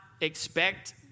expect